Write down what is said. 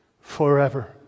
forever